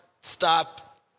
stop